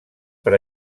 per